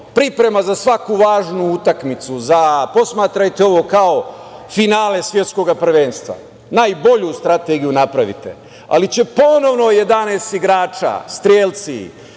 priprema za svaku važnu utakmicu, posmatrajte ovo kao finale svetskog prvenstva, najbolju strategiju napravite, ali će ponovno 11 igrača, strelci,